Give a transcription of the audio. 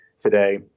today